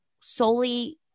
solely